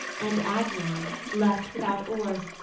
and agnar, left without oars,